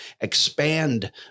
expand